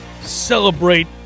celebrate